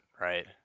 right